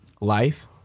life